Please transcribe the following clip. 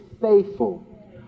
faithful